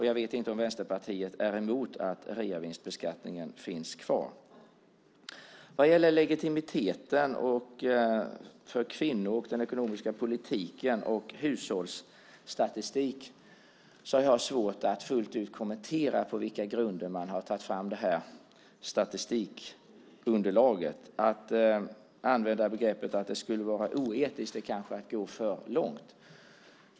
Jag vet inte om Vänsterpartiet är emot att reavinstbeskattningen finns kvar. Vad gäller legitimiteten för kvinnor samt den ekonomiska politiken och hushållsstatistiken har jag svårt att fullt ut kommentera på vilka grunder statistikunderlaget tagits fram. Att använda sig av formuleringen att det skulle vara oetiskt är kanske att gå för långt.